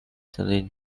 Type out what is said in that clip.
selling